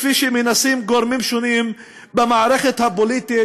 כפי שמנסים גורמים שונים במערכת הפוליטית